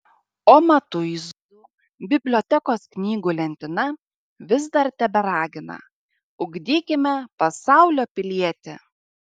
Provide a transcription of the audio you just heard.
o matuizų bibliotekos knygų lentyna vis dar teberagina ugdykime pasaulio pilietį